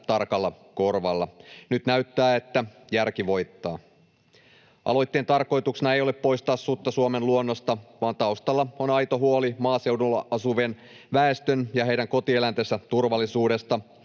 tarkalla korvalla. Nyt näyttää, että järki voittaa. Aloitteen tarkoituksena ei ole poistaa sutta Suomen luonnosta, vaan taustalla on aito huoli maaseudulla asuvan väestön ja heidän kotieläintensä turvallisuudesta,